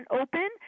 open